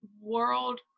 world